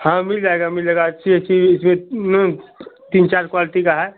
हाँ मिल जाएगा मिल जाएगा अच्छी अच्छी इसमें तीन चार क्वालटी का है